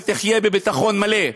ותחיה בביטחון מלא.